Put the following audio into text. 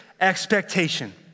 expectation